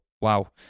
Wow